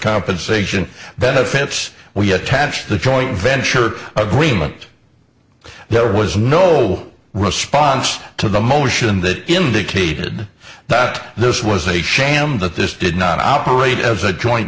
compensation benefits we attached the joint venture agreement there was no response to the motion that indicated that this was a sham that this did not operate as a joint